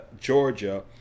Georgia